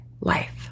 life